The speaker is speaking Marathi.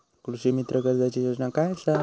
कृषीमित्र कर्जाची योजना काय असा?